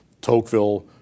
tocqueville